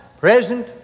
present